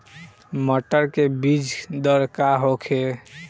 मटर के बीज दर का होखे?